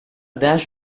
dash